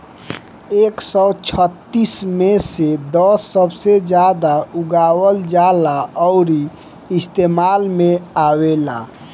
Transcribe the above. एक सौ छत्तीस मे से दस सबसे जादा उगावल जाला अउरी इस्तेमाल मे आवेला